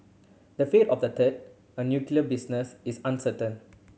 the fate of the third a nuclear business is uncertain